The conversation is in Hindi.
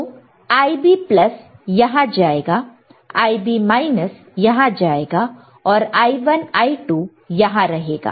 तो Ib यहां जाएगा Ib यहां जाएगा और I1 I2 यहां रहेगा